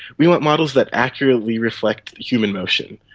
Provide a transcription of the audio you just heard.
we want models that accurately reflect human emotion.